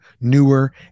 newer